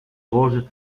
rose